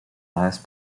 last